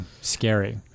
scary